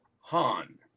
Han